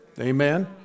amen